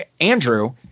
andrew